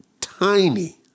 Tiny